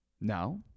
Now